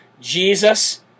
Jesus